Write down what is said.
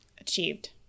achieved